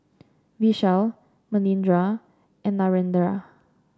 Vishal Manindra and Narendra